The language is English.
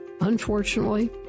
Unfortunately